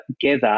together